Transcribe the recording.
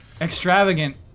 extravagant